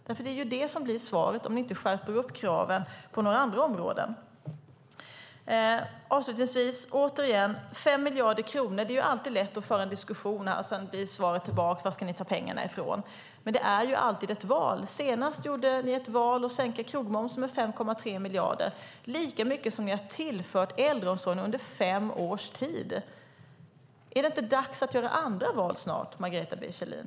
Det är ju det som blir svaret om ni inte skärper upp kraven på några andra områden. Avslutningsvis är det återigen fråga om 5 miljarder kronor. Det är alltid lätt att föra en diskussion, och sedan går frågan tillbaka: Varifrån ska ni ta pengarna? Men det är ju alltid ett val. Senaste gjorde ni ett val och sänkte krogmomsen med 5,3 miljarder - lika mycket som ni har tillfört äldreomsorgen under fem års tid. Är det inte dags att göra andra val snart, Margareta B Kjellin?